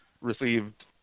received